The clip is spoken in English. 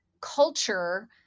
culture